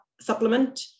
supplement